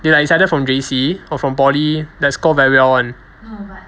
they like is either from J_C or from poly that score very well [one]